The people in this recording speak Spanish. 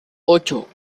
ocho